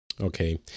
Okay